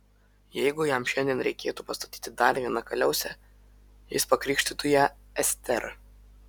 jeigu jam šiandien reikėtų pastatyti dar vieną kaliausę jis pakrikštytų ją estera